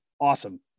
awesome